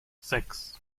sechs